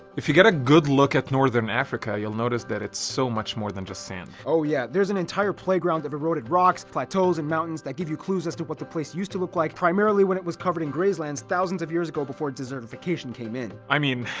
if you get a good look at northern africa, you'll notice that it's so much more than just sand. oh yeah, there's an entire playground of eroded rocks, plateaus and mountains that give you clues as to what the place used to look like, primarily when it was covered in grazelands thousands of years ago before desertification came in. i mean,